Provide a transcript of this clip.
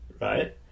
right